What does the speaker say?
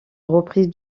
reprise